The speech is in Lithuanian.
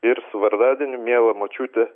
ir su vardadieniu miela močiute